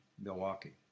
Milwaukee